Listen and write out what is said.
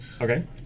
okay